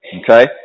Okay